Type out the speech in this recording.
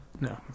No